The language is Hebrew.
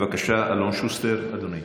בבקשה, אלון שוסטר, אדוני,